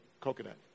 coconut